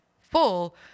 full